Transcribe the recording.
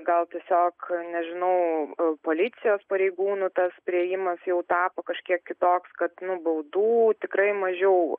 gal tiesiog nežinau policijos pareigūnų tas priėjimas jau tapo kažkiek kitoks kad nu baudų tikrai mažiau